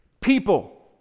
People